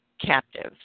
captive